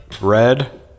Red